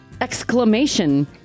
exclamation